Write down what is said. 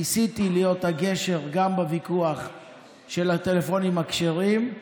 ניסיתי להיות הגשר גם בוויכוח של הטלפונים הכשרים.